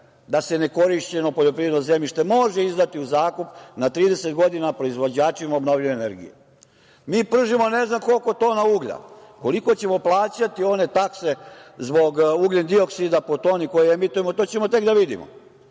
da se nekorišćeno poljoprivredno zemljište može izdati u zakup na 30 godina proizvođačima obnovljive energije. Mi pržimo ne znam koliko tona uglja. Koliko ćemo plaćati one takse zbog ugljendioksida po toni koje emitujemo, to ćemo tek da vidimo,